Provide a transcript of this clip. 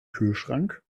kühlschrank